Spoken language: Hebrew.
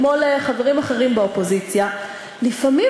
כמו לחברים אחרים באופוזיציה: לפעמים